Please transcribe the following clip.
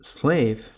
slave